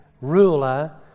ruler